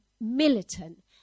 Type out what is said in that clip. militant